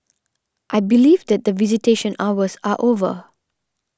I believe that the visitation hours are over